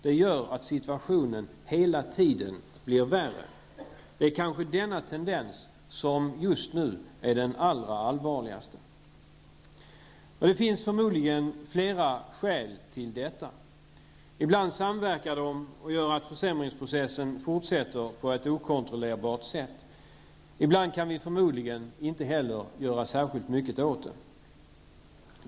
Det gör att situationen hela tiden blir värre. Det är kanske denna tendens som just nu är den allra allvarligaste. Det finns förmodligen flera skäl till detta. Ibland samverkar de och gör att försämringsprocessen fortsätter på ett okontrollerbart sätt. Ibland kan vi förmodligen inte heller göra särskilt mycket åt det.